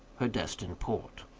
her destined port.